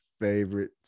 favorite